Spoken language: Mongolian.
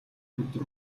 өдөр